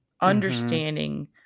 understanding